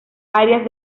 áreas